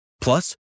Plus